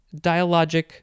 dialogic